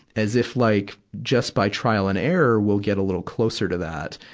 as if like, just by trial and error, we'll get a little closer to that.